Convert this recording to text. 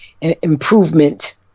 Improvement